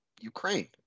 Ukraine